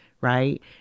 right